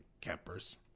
campers